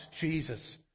Jesus